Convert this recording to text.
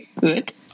Good